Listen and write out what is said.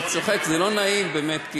אני צוחק, זה לא נעים באמת.